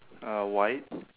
uh white